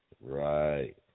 Right